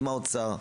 עם האוצר,